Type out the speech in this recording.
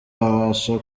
abasha